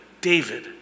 David